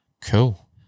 cool